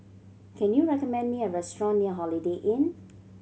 can you recommend me a restaurant near Holiday Inn